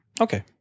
Okay